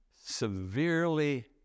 severely